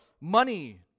money